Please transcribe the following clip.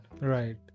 Right